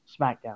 SmackDown